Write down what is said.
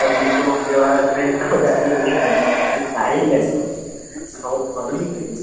ହଁ ମୁଁ ତ ମୋ ଝିଅ ବାହାଘର ପାଇଁ ଯୋଉ ସଉଦା ଆଣିବା ପାଇଁ ଯାଇଥିଲି ସେଠି ପାଇ ହେଲାନି ସଉଦା ସରିଯାଇଥିଲା କି